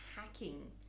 hacking